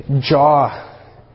jaw